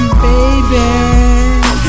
baby